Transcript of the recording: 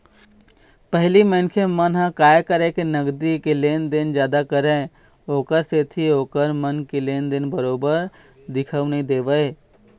पहिली मनखे मन ह काय करय के नगदी के लेन देन जादा करय ओखर सेती ओखर मन के लेन देन बरोबर दिखउ नइ देवय